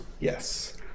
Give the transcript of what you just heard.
yes